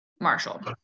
Marshall